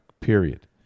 Period